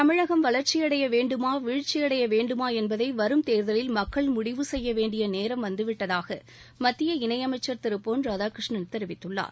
தமிழகம் வளர்ச்சியடைய வேண்டுமா வீழ்ச்சியடைய வேண்டுமா என்பதை வரும் தேர்தலில் மக்கள் முடிவு செய்ய வேண்டிய நேரம் வந்துவிட்டதாக மத்திய இணையமைச்ச் திரு பொன் ராதாகிருஷ்ணன் தெரிவித்துள்ளார்